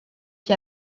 qui